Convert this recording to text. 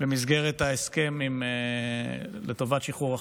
במסגרת ההסכם לטובת שחרור החטופים.